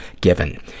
given